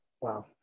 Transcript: Wow